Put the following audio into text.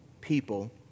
people